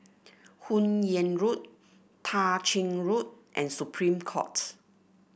Hun Yeang Road Tah Ching Road and Supreme Court